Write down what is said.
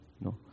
no